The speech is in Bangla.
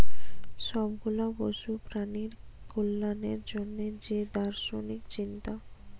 সব গুলা পশু প্রাণীর কল্যাণের জন্যে যে দার্শনিক চিন্তা